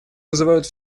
вызывают